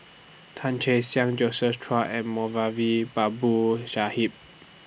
Tan Che Sang Josephine Chia and Moulavi Babu Sahib